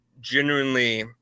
genuinely